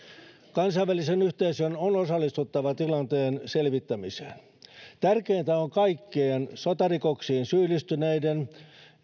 kansainvälisen yhteisön on osallistuttava tilanteen selvittämiseen tärkeintä on kaikkien sotarikoksiin syyllistyneiden